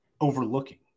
overlooking